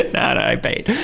that i paid.